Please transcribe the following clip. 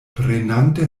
prenante